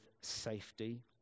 safety